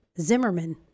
Zimmerman